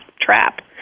trap